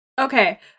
Okay